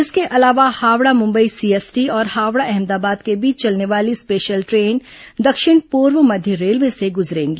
इसके अलावा हावड़ा मुंबई सीएसटी और हावड़ा अहमदाबाद के बीच चलने वाली स्पेशल ट्रेन दक्षिण पूर्व मध्य रेलवे से गुजरेंगी